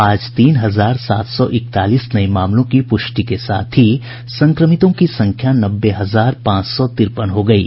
आज तीन हजार सात सौ इकतालीस नये मामलों की पुष्टि के साथ ही संक्रमितों की संख्या नब्बे हजार पांच सौ तिरपन हो गयी